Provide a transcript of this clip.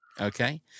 Okay